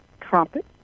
trumpet